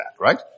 right